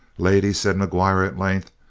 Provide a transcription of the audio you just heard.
lady, said mcguire at length,